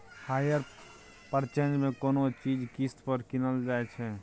hire purchase मे कोनो चीज किस्त पर कीनल जाइ छै